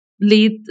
lead